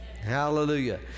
hallelujah